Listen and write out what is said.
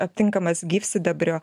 aptinkamas gyvsidabrio